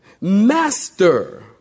master